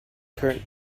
current